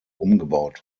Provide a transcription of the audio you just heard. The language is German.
umgebaut